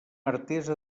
artesa